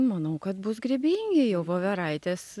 manau kad bus grybingi jau voveraitės